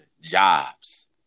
jobs